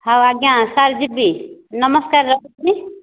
ହଉ ଆଜ୍ଞା ସାର୍ ଯିବି ନମସ୍କାର ରଖୁଛି